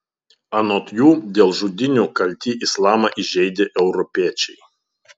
anot jų dėl žudynių kalti islamą įžeidę europiečiai